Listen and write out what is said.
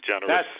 generous